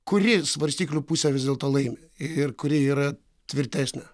kuri svarstyklių pusė vis dėlto laimi ir kuri yra tvirtesnė